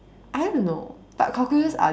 I don't know but cockroaches are